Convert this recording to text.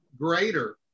greater